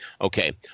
okay